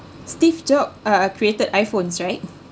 steve job uh created iphones right